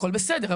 הכל בסדר,